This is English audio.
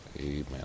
amen